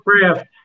craft